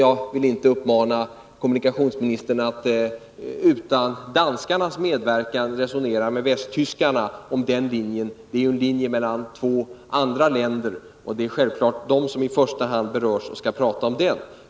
Jag vill inte uppmana kommunikationsministern att utan danskarnas medverkan resonera med västtyskarna om den linjen. Det är ju en linje mellan två andra länder än Sverige och Danmark, och det är självfallet de som i första hand berörs som skall tala om den.